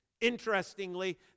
Interestingly